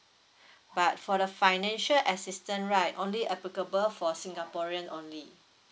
but for the financial assistance right only applicable for singaporean only